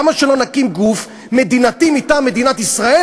למה שלא נקים גוף מדינתי מטעם מדינת ישראל